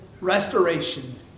restoration